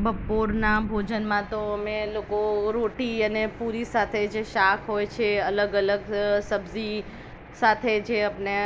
બપોરનાં ભોજનમાં તો અમે લોકો રોટી અને પૂરી સાથે જે શાક હોય છે અલગ અલગ સબ્જી સાથે જે આપણે